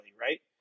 right